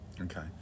Okay